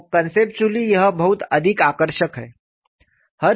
तो कन्सेप्चुली यह बहुत अधिक आकर्षक है